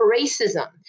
racism